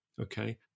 Okay